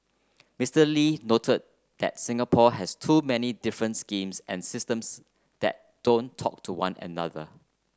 Mister Lee noted that Singapore has too many difference schemes and systems that don't talk to one another